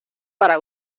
para